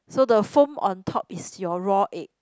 so the foam on top is your raw egg